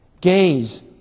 gaze